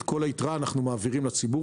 את כל היתרה אנחנו מעבירים לציבור,